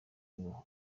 ngo